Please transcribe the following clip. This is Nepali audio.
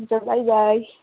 हुन्छ बाई बाई